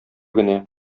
генә